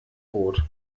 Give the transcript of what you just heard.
brot